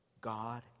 God